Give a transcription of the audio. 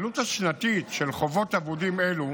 העלות השנתית של חובות אבודים אלו